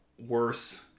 worse